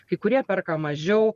kai kurie perka mažiau